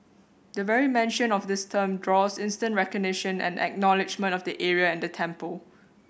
the very mention of this term draws instant recognition and acknowledgement of the area and the temple